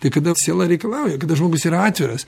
tai kada siela reikalauja kada žmogusyra atviras